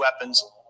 weapons